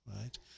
right